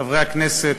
חברי הכנסת,